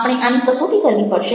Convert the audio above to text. આપણે આની કસોટી કરવી પડશે